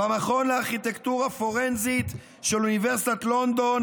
במכון לארכיטקטורה פורנזית של אוניברסיטת לונדון